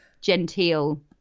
genteel